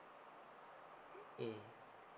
mm